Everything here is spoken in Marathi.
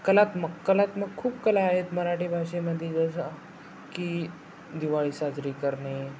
कलात्मक कलात्मक खूप कला आहेत मराठी भाषेमध्ये जसं की दिवाळी साजरी करणे